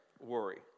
worry